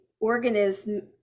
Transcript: organism